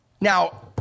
Now